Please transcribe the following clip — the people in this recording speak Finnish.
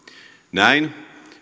näin